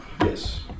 Yes